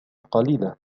قليلة